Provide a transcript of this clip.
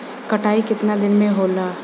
कटनी केतना दिन में होला?